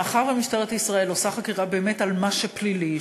מאחר שמשטרת ישראל עושה חקירה באמת על מה שפלילי,